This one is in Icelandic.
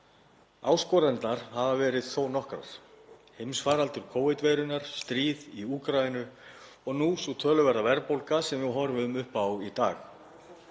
Áskoranirnar hafa verið þó nokkrar; heimsfaraldur Covid-veirunnar, stríð í Úkraínu og nú sú töluverða verðbólga sem við horfum upp á í dag.